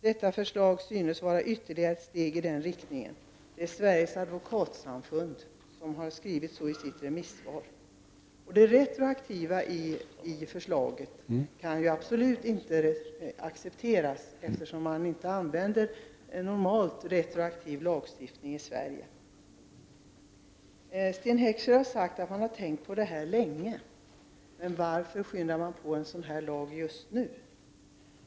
Detta förslag synes vara ytterligare ett steg i den riktningen.” Det retroaktiva inslaget i förslaget kan absolut inte accepteras, eftersom man normalt inte använder retroaktiv lagstiftning i Sverige. Sten Heckscher har sagt att man har tänkt på detta länge. Varför skyndar man på en sådan här lag just nu?